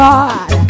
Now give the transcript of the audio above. God